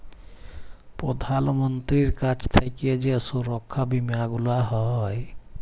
প্রধাল মন্ত্রীর কাছ থাক্যে যেই সুরক্ষা বীমা গুলা হ্যয়